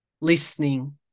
listening